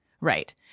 right